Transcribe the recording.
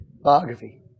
biography